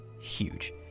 huge